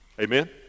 Amen